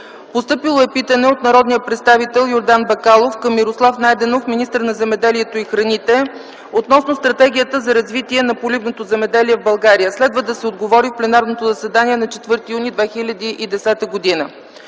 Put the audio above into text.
следва: - питане от народния представител Йордан Бакалов към Мирослав Найденов – министър на земеделието и храните, относно Стратегията за развитие на поливното земеделие в България. Следва да се отговори в пленарното заседание на 4 юни 2010 г.;